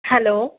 hello